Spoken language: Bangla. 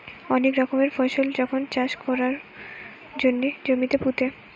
অনেক রকমের ফসল যখন চাষ কোরবার জন্যে জমিতে পুঁতে